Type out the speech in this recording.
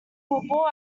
football